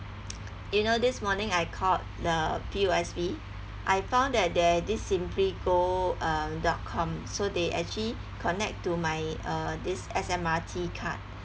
you know this morning I called the P_O_S_B I found that there this simply go uh dotcom so they actually connect to my uh this S_M_R_T card